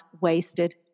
wasted